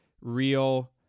real